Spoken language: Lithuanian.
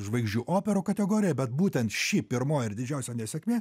žvaigždžių operų kategoriją bet būtent ši pirmoji ir didžiausia nesėkmė